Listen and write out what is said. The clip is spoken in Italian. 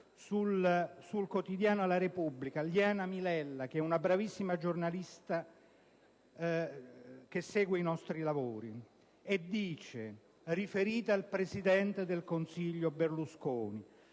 sul quotidiano «la Repubblica»; Liana Milella, una bravissima giornalista che segue i nostri lavori, scrive, riportando parole del presidente del Consiglio Berlusconi: